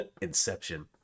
Inception